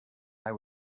eye